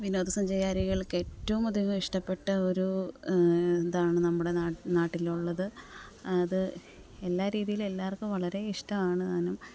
വിനോദ സഞ്ചാരികൾക്ക് ഏറ്റവും അധികം ഇഷ്ടപെട്ട ഒരു ഇതാണ് നമ്മുടെ നാട്ടിലുള്ളത് അത് എല്ലാ രീതിയിലും എല്ലാവർക്കും വളരെ ഇഷ്ടമാണ് താനും